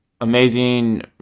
amazing